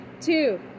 Two